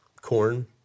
Corn